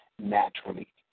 Naturally